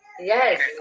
Yes